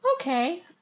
Okay